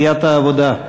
סיעת העבודה.